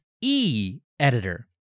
e-editor